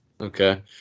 Okay